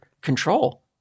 control